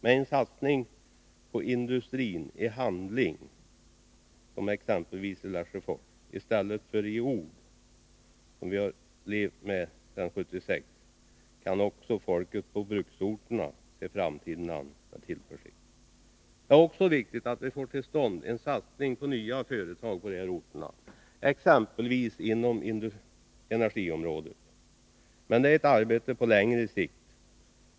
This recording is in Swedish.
Med en satsning på industrin i handling, som exempelvis i Lesjöfors, i stället för i ord, som vi har levt med sedan 1976, kan också folket på bruksorterna se framtiden an med tillförsikt. Det är också viktigt att vi får till stånd en satsning på nya företag på dessa orter, exempelvis inom energiområdet. Det är ett arbete på längre sikt.